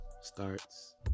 starts